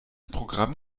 programm